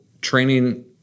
training